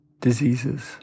diseases